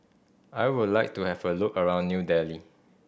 I would like to have a look around New Delhi